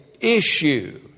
issue